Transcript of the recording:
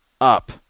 up